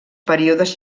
períodes